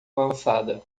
lançada